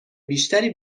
بیشتری